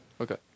Okay